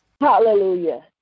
Hallelujah